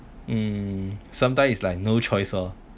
hmm sometimes is like no choice lor